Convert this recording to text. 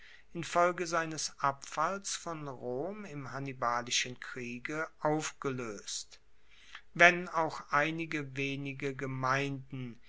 infolge seines abfalls von rom im hannibalischen kriege aufgeloest wenn auch einige wenige gemeinden